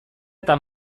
eta